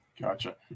gotcha